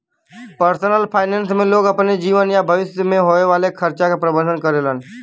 personal finance में लोग अपने जीवन या भविष्य में होये वाले खर्चा क प्रबंधन करेलन